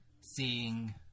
Seeing